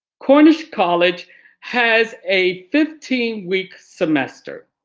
cornish college has a fifteen week semester.